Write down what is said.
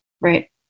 right